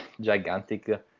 gigantic